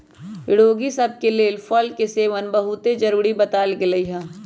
रोगि सभ के लेल फल के सेवन बहुते जरुरी बतायल गेल हइ